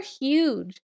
huge